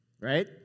right